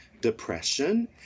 depression